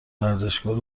ورزشکار